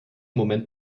moment